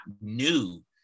new